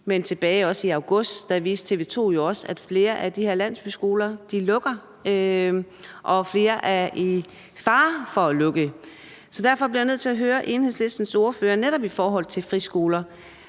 men tilbage i august viste TV 2 jo også, at flere landsbyskoler lukker, og at flere er i fare for at lukke. Derfor bliver jeg nødt til at spørge Enhedslistens ordfører om, om det netop i forhold til friskoler